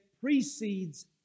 precedes